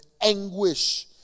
anguish